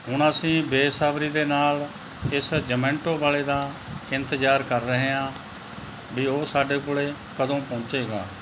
ਹੁਣ ਅਸੀਂ ਬੇਸਬਰੀ ਦੇ ਨਾਲ ਇਸ ਜਮੈਂਟੋ ਵਾਲੇ ਦਾ ਇੰਤਜ਼ਾਰ ਕਰ ਰਹੇ ਹਾਂ ਵੀ ਉਹ ਸਾਡੇ ਕੋਲ ਕਦੋਂ ਪਹੁੰਚੇਗਾ